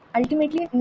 ultimately